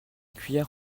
cuillère